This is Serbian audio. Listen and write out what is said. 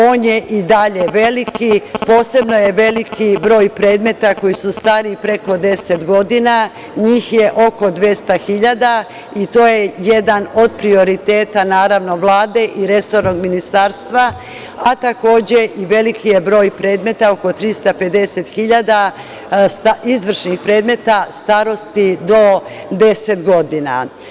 On je i dalje veliki, posebno je veliki broj predmeta koji su stari preko 10 godina, njih je oko 200 hiljada i to je jedan od prioriteta Vlade i resornog ministarstva, a takođe i veliki je broj predmeta od 350 hiljada izvršnih predmeta starosti do 10 godina.